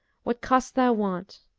what cost thou want